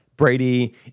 Brady